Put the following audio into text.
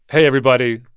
hey, everybody.